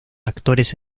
actores